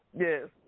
Yes